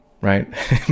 right